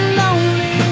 lonely